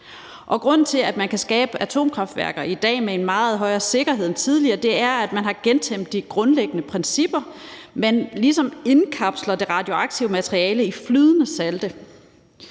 grunden til, at man i dag kan bygge atomkraftværker med en meget højere grad af sikkerhed end tidligere, er, at man har gentænkt de grundlæggende principper. Man ligesom indkapsler det radioaktive materiale i flydende salte.